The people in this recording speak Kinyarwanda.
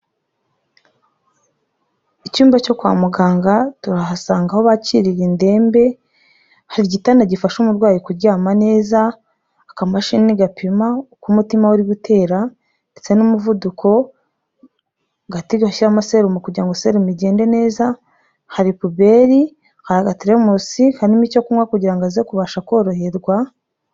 Icyumba cyo kwa muganga turahasanga aho bakirira indembe, hari igitanda gifasha umurwayi kuryama neza, akamashini gapima uko umutima we uri gutera ndetse n'umuvuduko, agati gashyiramo serumu kugira ngo serumu igende neza, hari puberi, hari agateremusi karimo icyo kunywa kugira ngo aze kubasha koroherwa.